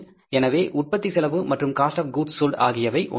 எனவே உற்பத்தி செலவு மற்றும் காஸ்ட் ஆப் கூட்ஸ் சோல்ட் ஆகியவை ஒன்றுதான்